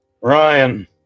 Ryan